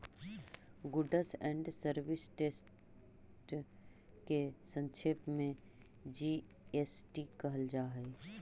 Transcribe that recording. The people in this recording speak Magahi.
गुड्स एण्ड सर्विस टेस्ट के संक्षेप में जी.एस.टी कहल जा हई